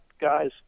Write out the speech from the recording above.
guys